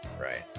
Right